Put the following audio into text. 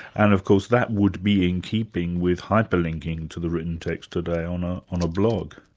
and of course that would be in keeping with hyperlinking to the written text today on ah on a blog.